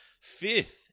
Fifth